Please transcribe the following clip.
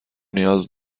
نیاز